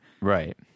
Right